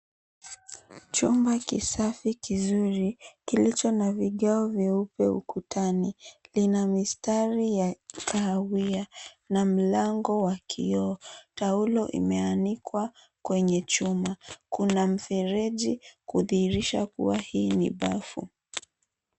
Chumba kisafi kizuri kilicho na vigao vyeupe ukutani. Lina mistari ya kahawia na mlango wa kio. Taulo limeanikwa kwenye chumba kuna mfereji kudhihirisha hii ni bafu.